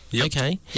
Okay